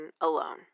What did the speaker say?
alone